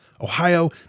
Ohio